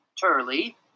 Turley